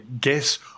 guess